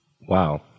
Wow